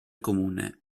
comune